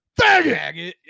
faggot